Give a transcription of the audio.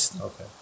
okay